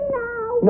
now